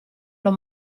l’ho